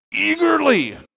eagerly